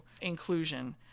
inclusion